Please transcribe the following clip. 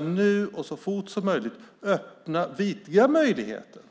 Nu måste man så fort som möjligt vidga möjligheten.